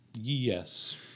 Yes